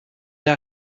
der